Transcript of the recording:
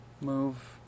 move